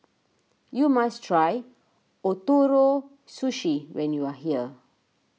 you must try Ootoro Sushi when you are here